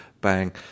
Bang